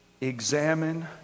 Examine